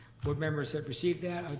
board members have received that.